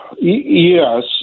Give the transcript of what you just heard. Yes